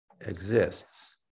exists